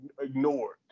ignored